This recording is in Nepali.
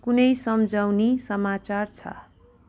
कुनै सम्झाउनी समाचार छ